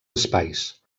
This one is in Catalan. espais